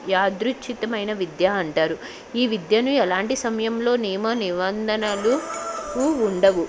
యాదృచితమైన విద్య అంటారు ఈ విద్యను ఎలాంటి సమయంలో నియమ నిబంధనలు ఉండవు